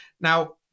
Now